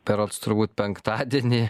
berods turbūt penktadienį